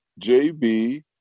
jb